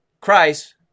Christ